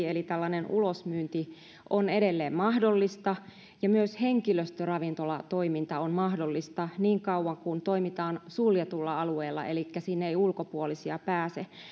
eli tällainen ulosmyynti on edelleen mahdollista ja myös henkilöstöravintolatoiminta on mahdollista niin kauan kuin toimitaan suljetulla alueella elikkä sinne ei ulkopuolisia pääse